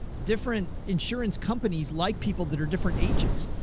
different insurance companies like people that are different ages,